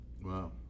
Wow